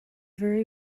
very